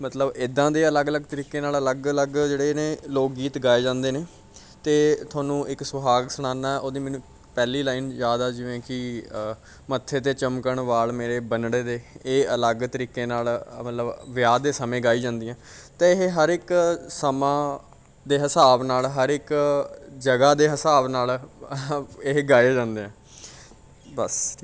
ਮਤਲਬ ਇੱਦਾਂ ਦੇ ਅਲੱਗ ਅਲੱਗ ਤਰੀਕੇ ਨਾਲ ਅਲੱਗ ਅਲੱਗ ਜਿਹੜੇ ਨੇ ਲੋਕ ਗੀਤ ਗਾਏ ਜਾਂਦੇ ਨੇ ਅਤੇ ਤੁਹਾਨੂੰ ਇੱਕ ਸੁਹਾਗ ਸੁਣਾਨਾ ਉਹਦੀ ਮੈਨੂੰ ਪਹਿਲੀ ਲਾਈਨ ਯਾਦ ਆ ਜਿਵੇਂ ਕਿ ਮੱਥੇ 'ਤੇ ਚਮਕਣ ਵਾਲ ਮੇਰੇ ਬੰਨੜੇ ਦੇ ਇਹ ਅਲੱਗ ਤਰੀਕੇ ਨਾਲ ਮਤਲਬ ਵਿਆਹ ਦੇ ਸਮੇਂ ਗਾਈ ਜਾਂਦੀ ਆ ਅਤੇ ਇਹ ਹਰ ਇੱਕ ਸਮਾਂ ਦੇ ਹਿਸਾਬ ਨਾਲ ਹਰ ਇੱਕ ਜਗ੍ਹਾ ਦੇ ਹਿਸਾਬ ਨਾਲ ਇਹ ਗਾਏ ਜਾਂਦੇ ਆ ਬਸ